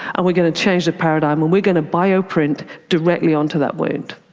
and we're going to change the paradigm and we're going to bio-print directly onto that wound.